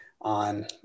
on